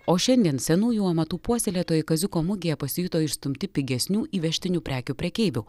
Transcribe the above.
o šiandien senųjų amatų puoselėtojai kaziuko mugėje pasijuto išstumti pigesnių įvežtinių prekių prekeivių